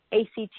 ACT